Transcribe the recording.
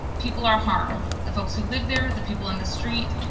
people are harmed. the folks who live there, the people on the street,